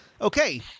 Okay